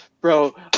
bro